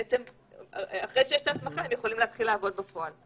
בעצם אחרי שיש את ההסמכה הם יכולים להתחיל לעבוד בפועל.